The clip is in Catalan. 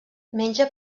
menja